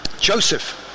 Joseph